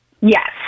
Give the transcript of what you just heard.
Yes